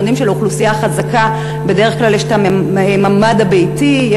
יודעים שלאוכלוסייה החזקה בדרך כלל יש ממ"ד ביתי,